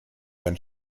when